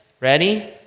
ready